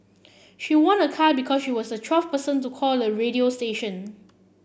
she won a car because she was the twelfth person to call the radio station